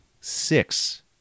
six